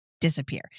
disappear